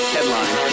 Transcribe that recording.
Headline